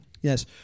Yes